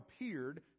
appeared